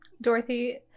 Dorothy